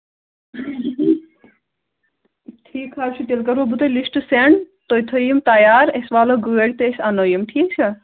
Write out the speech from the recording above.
ٹھیٖک حظ چھُ تیٚلہِ کرو بہٕ تۄہہِ لِسٹ سٮ۪نٛڈ تُہۍ تھٲیِو یِم تَیار أسۍ والو گٲڑۍ تہٕ أسۍ اَنو یِم ٹھیٖک چھا